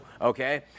okay